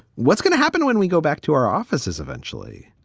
what's going to happen when we go back to our offices eventually.